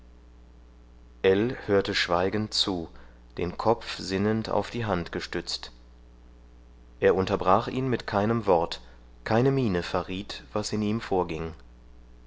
hörte schweigend zu den kopf sinnend auf die hand gestützt er unterbrach ihn mit keinem wort keine miene verriet was in ihm vorging